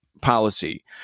policy